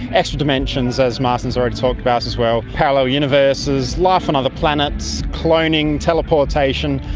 extra dimensions, as martin has already talked about as well, parallel universes, life on other planets, cloning, teleportation.